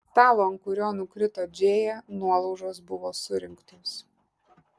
stalo ant kurio nukrito džėja nuolaužos buvo surinktos